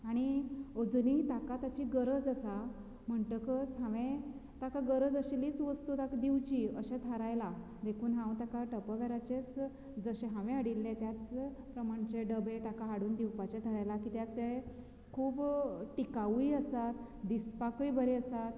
आनी अजुनूय ताका ताची गरज आसा म्हणटकच हांवें ताका गरज आशिल्लीच वस्तू ताका दिवची अशें थारायला देखून हांव ताका टपरवेराचेच जशें हांवें हाडिल्ले त्याच प्रमाणाचे डबे ताका हाडून दिवपाचे थारायला कित्याक तें खूब टिकावू आसात दिसपाकूय बरें आसात